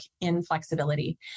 inflexibility